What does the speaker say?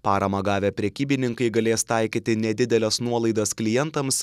paramą gavę prekybininkai galės taikyti nedideles nuolaidas klientams